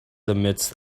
amidst